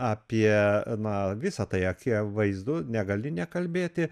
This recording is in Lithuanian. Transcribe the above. apie na visa tai akivaizdu negali nekalbėti